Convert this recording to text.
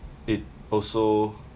it also